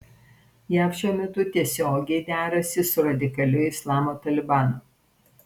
jav šiuo metu tiesiogiai derasi su radikaliu islamo talibanu